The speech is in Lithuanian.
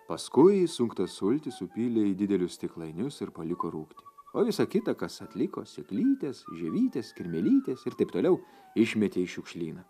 paskui išsunktas sultis supylė į didelius stiklainius ir paliko rūgti o visa kita kas atliko sėklytės žievytės kirmėlytės ir taip toliau išmetė į šiukšlyną